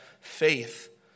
faith